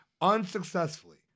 unsuccessfully